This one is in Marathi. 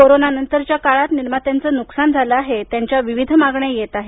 कोरोनानंतरच्या काळात निर्मात्यांचे नुकसान झाले आहे त्यांच्या विविध मागण्या येत आहेत